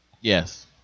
Yes